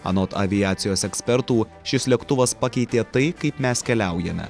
anot aviacijos ekspertų šis lėktuvas pakeitė tai kaip mes keliaujame